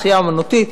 שחייה אומנותית,